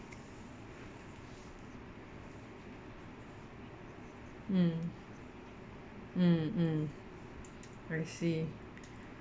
mm mm mm I see